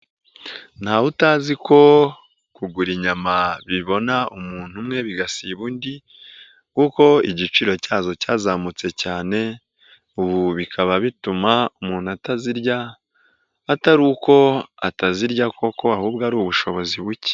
Ntawutazi ko kugura inyama bibona umuntu umwe bigasiba undi kuko igiciro cyazo cyazamutse cyane ubu bikaba bituma umuntu atazirya atari uko atazirya koko ahubwo ari ubushobozi buke.